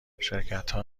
شرکتها